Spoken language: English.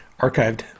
Archived